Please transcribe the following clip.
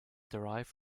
derived